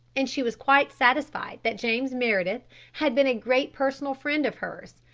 and she was quite satisfied that james meredith had been a great personal friend of hers,